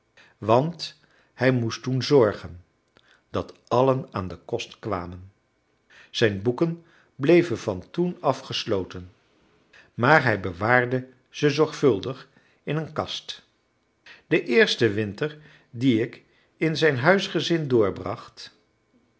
want hij moest toen zorgen dat allen aan den kost kwamen zijn boeken bleven van toen af gesloten maar hij bewaarde ze zorgvuldig in een kast de eerste winter dien ik in zijn huisgezin doorbracht